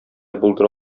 булдыра